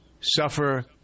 suffer